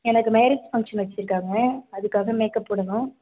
எனக்கு marriage function வச்சுருக்காங்க அதுக்காக மேக்கப் போடணும்